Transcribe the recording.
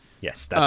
Yes